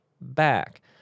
back